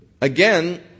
Again